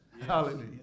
Hallelujah